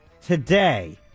today